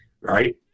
right